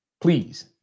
please